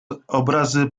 obrazy